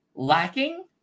lacking